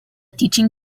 teaching